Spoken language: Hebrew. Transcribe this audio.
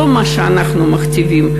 לא מה שאנחנו מכתיבים,